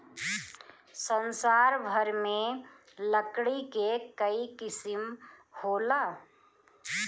संसार भर में लकड़ी के कई किसिम होला